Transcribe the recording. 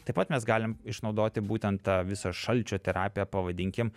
taip pat mes galim išnaudoti būtent tą visą šalčio terapiją pavadinkim